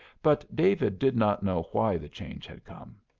but david did not know why the change had come.